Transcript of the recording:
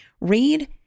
read